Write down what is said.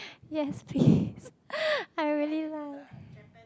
yes please I really like